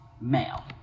male